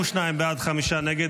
22 בעד, חמישה נגד.